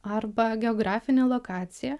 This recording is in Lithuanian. arba geografinė lokacija